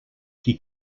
qui